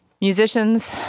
musicians